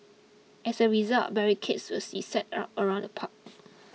as a result barricades will be set up around the park